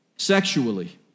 Sexually